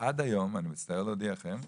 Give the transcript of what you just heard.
עד היום, אני מצטער להודיעכם,